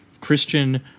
Christian